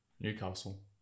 Newcastle